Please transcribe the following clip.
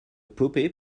puppy